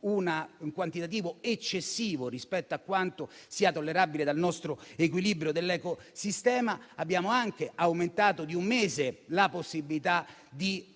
un quantitativo eccessivo rispetto a quanto sia tollerabile dall'equilibrio del nostro ecosistema, abbiamo anche aumentato di un mese la possibilità di